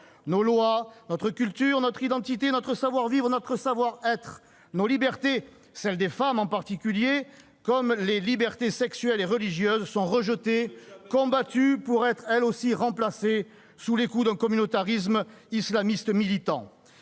Nos lois, notre culture, notre identité, notre savoir-vivre, notre savoir-être, nos libertés- celles des femmes en particulier -, comme les libertés sexuelles et religieuses, ... Celles que vous n'avez jamais défendues !... sont rejetées, combattues, pour être, elles aussi, remplacées sous les coups d'un communautarisme islamiste militant.